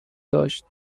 داشت